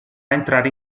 entrare